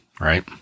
right